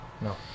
no